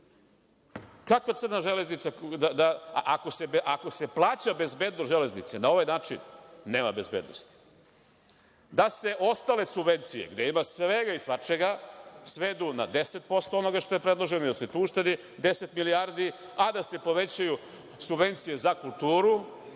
je sa tom imovinom? Ako se plaća bezbednost železnice na ovaj način nema bezbednosti. Da se ostale subvencije, gde ima svega i svačega svedu na 10% onoga što je predloženo i da se tu uštedi 10 milijardi, a da se povećaju subvencije za kulturu,